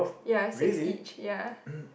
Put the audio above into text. ya six each ya